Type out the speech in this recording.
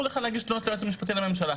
לך להגיש תלונות ליועץ המשפטי לממשלה.